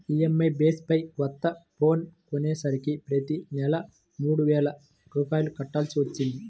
EMI base పై కొత్త phone కొనేసరికి ప్రతి నెలా మూడు వేల రూపాయలు కట్టాల్సి వత్తంది